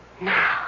Now